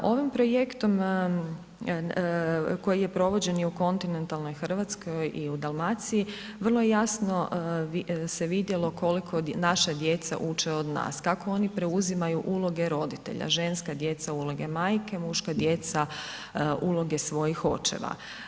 Ovim projektom koji je provođen i u kontinentalnoj Hrvatskoj i u Dalmaciji, vrlo jasno se vidjelo koliko naša djeca uče od nas, kako oni preuzimaju uloge roditelja, ženska djeca uloge majke, muška djeca uloge svojih očeva.